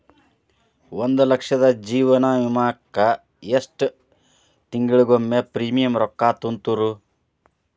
ಒಂದ್ ಲಕ್ಷದ ಜೇವನ ವಿಮಾಕ್ಕ ಎಷ್ಟ ತಿಂಗಳಿಗೊಮ್ಮೆ ಪ್ರೇಮಿಯಂ ರೊಕ್ಕಾ ತುಂತುರು?